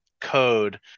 code